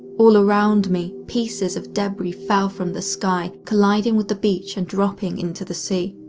all around me, pieces of debris fell from the sky, colliding with the beach and dropping into the sea.